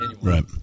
Right